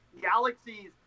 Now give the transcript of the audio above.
galaxies